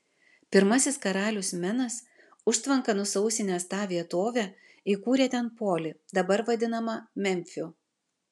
pirmasis karalius menas užtvanka nusausinęs tą vietovę įkūrė ten polį dabar vadinamą memfiu